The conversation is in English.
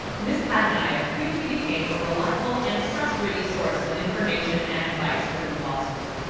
ms. pattanayak quickly became a reliable and trustworthy source of information and advice within the law school.